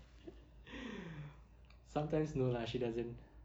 sometimes no lah she doesn't